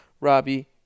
robbie